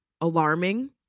alarming